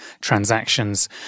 transactions